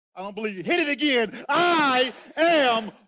i don't believe you. hit it again. i am